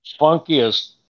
funkiest